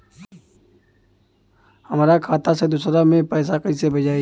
हमरा खाता से दूसरा में कैसे पैसा भेजाई?